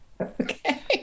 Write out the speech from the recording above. Okay